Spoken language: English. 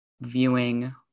viewing